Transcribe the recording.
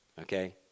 Okay